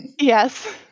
Yes